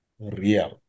real